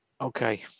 Okay